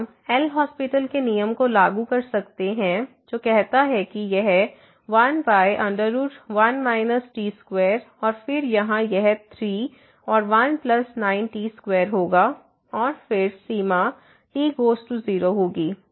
तो हम L Hospital LHospital के नियम को लागू कर सकते हैं जो कहता है कि यह 1 √1 t2 और फिर यहाँ यह 3 और 1 9 t2 होगा और फिर सीमा t गोज़ टू 0 होगी